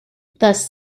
thus